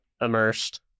immersed